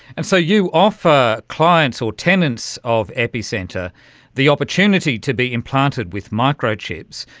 and so you offer clients or tenants of epicenter the opportunity to be implanted with microchips.